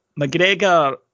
McGregor